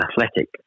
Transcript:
athletic